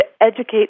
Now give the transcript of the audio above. educate